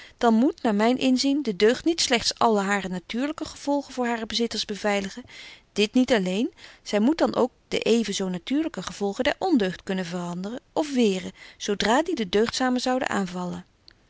dan moet naar myn inzien de deugd niet slegts alle hare natuurlyke gevolgen voor hare bezitters beveiligen dit niet alleen zy moet dan ook de even zo natuurlyke gevolgen der ondeugd kunnen veranderen of weeren zo dra die den deugdzamen zouden aanvallen